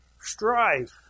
strife